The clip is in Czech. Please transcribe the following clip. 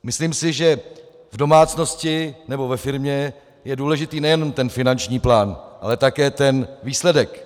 Myslím si, že v domácnosti nebo ve firmě je důležitý nejenom finanční plán, ale také výsledek.